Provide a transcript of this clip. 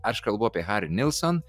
aš kalbu apie harį nilson